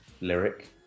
lyric